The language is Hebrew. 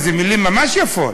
איזה מילים ממש יפות,